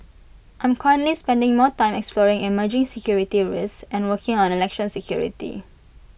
I'm currently spending more time exploring emerging security risks and working on election security